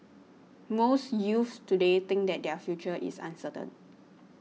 most youths today think that their future is uncertain